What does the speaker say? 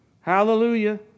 hallelujah